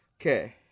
Okay